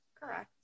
Correct